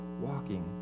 walking